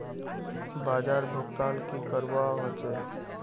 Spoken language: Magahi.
बाजार भुगतान की करवा होचे?